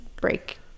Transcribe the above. break